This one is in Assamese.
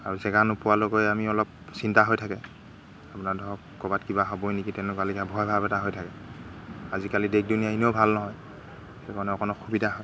আৰু জেগা নোপোৱালৈকৈ আমি অলপ চিন্তা হৈ থাকে আপোনাৰ ধৰক ক'ৰবাত কিবা হ'বই নেকি তেনেকুৱা লেখীয়া ভয় ভাৱ এটা হৈ থাকে আজিকালি দেশ দুনিয়া এনেও ভাল নহয় সেইকাৰণে অকণ অসুবিধা হয়